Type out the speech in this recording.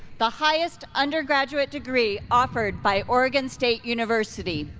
the highest undergraduate degree offered by oregon state university.